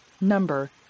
Number